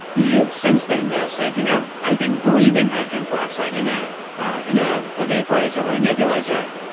you've since then though said, you know i think breathing hydrogen peroxide in a ah in ah a vaporizer or a nebulizer,